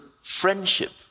friendship